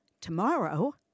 tomorrow